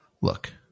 look